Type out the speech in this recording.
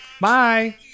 Bye